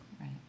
Right